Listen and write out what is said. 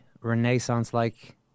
renaissance-like